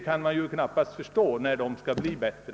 Man kan knappast förstå när villkoren skulle kunna bli bättre.